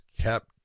kept